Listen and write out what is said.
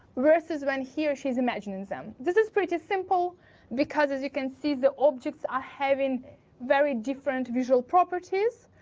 versus when he or she is imagining them. this is pretty simple because as you can see, the objects are having very different visual properties,